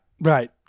right